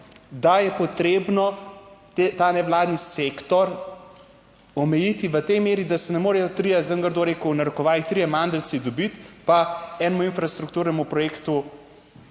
da je potrebno ta nevladni sektor omejiti v tej meri, da se ne morejo trije, sedaj bom grdo rekel v narekovajih, trije mandeljci dobiti pa enemu infrastrukturnemu projektu